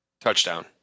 Touchdown